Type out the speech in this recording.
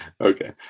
Okay